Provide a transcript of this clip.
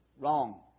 Wrong